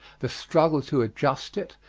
the struggle to adjust it,